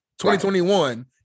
2021